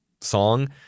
song